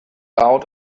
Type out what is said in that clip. out